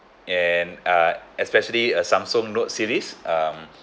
and uh especially uh samsung note series um